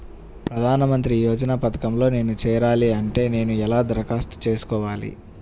ప్రధాన మంత్రి యోజన పథకంలో నేను చేరాలి అంటే నేను ఎలా దరఖాస్తు చేసుకోవాలి?